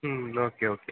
ம் okay okay